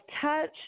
touch